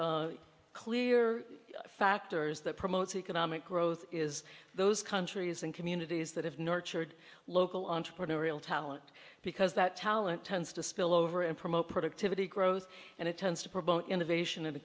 clear factors that promotes economic growth is those countries and communities that have nurtured local entrepreneurial talent because that talent tends to spill over and promote productivity growth and it tends to promote innovation